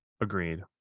agreed